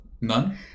None